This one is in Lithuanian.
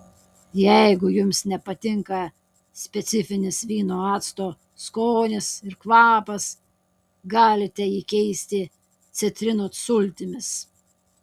jeigu jums nepatinka specifinis vyno acto skonis ir kvapas galite jį keisti citrinų sultimis